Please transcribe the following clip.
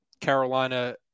Carolina